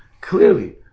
clearly